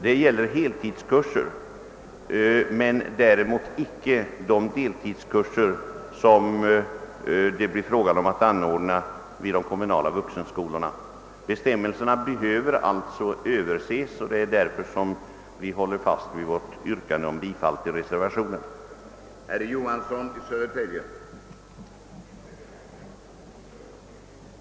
Detta gäller heltidskurser men däremot inte de deltidskurser, som kommer att anordnas vid de kommunala vuxenskolorna. Bestämmelserna behöver alltså ses över, och det är därför vi håller fast vid vårt yrkande om bifall till reservationen I.